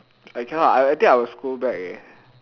I cannot I I think I will scold back eh